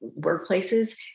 Workplaces